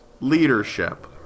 Leadership